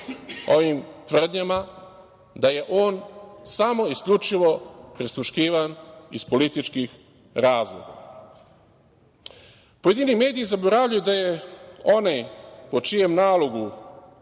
ovim tvrdnjama da je on samo isključivo prisluškivan iz političkih razloga. Pojedini mediji zaboravljaju da je onaj po čijem nalogu